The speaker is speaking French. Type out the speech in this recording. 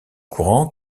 courants